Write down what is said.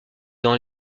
dans